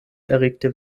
erregte